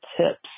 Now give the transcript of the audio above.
tips